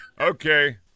Okay